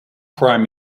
prime